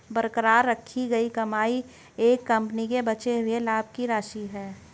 बरकरार रखी गई कमाई एक कंपनी के बचे हुए लाभ की राशि है